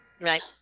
right